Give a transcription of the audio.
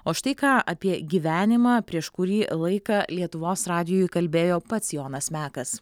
o štai ką apie gyvenimą prieš kurį laiką lietuvos radijui kalbėjo pats jonas mekas